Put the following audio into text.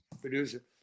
producer